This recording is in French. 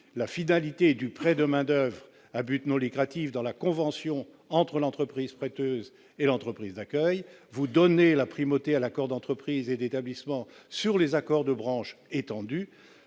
la finalité du prêt de main-d'oeuvre à but non lucratif dans la convention entre l'entreprise prêteuse et l'entreprise d'accueil. Vous donnez la primauté à l'accord d'entreprise et d'établissement sur les accords de branche étendus.